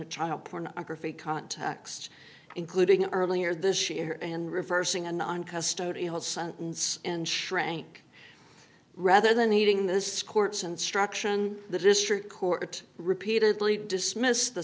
the child pornography context including earlier this year and reversing a non custodial sentence and shrank rather than eating this court's instruction the district court repeatedly dismissed the